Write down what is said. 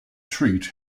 treat